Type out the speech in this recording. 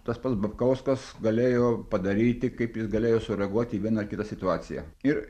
tas pats babkauskas galėjo padaryti kaip jis galėjo sureaguoti į vieną ar kitą situaciją ir